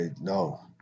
no